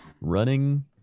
Running